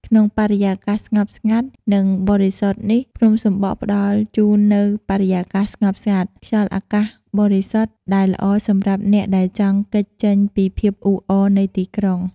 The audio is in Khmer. ក្នុងបរិយាកាសស្ងប់ស្ងាត់ និងបរិសុទ្ធនេះភ្នំសំបក់ផ្តល់ជូននូវបរិយាកាសស្ងប់ស្ងាត់ ខ្យល់អាកាសបរិសុទ្ធ ដែលល្អសម្រាប់អ្នកដែលចង់គេចចេញពីភាពអ៊ូអរនៃទីក្រុង ។